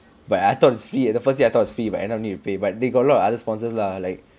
but I thought is free at the first I thought is free but need to pay but they got a lot of other sponsors lah like